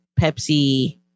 Pepsi